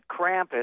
Krampus